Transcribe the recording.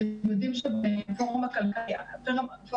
בתחום החינוך השוויוני מדינת ישראל